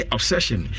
Obsession